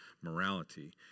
morality